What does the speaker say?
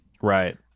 Right